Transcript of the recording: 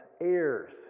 heirs